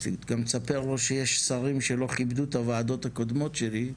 אתה מצפה שיש שרים שלא כבדו את הוועדות הקודמות שלי,